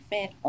Fit